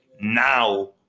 Now